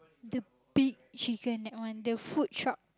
the big chicken that one the food shop